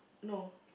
no